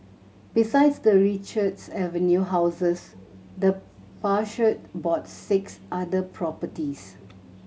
besides the Richards Avenue houses the patriarch bought six other properties